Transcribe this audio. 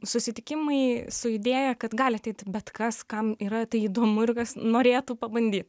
susitikimai su idėja kad gali ateiti bet kas kam yra tai įdomu ir kas norėtų pabandyt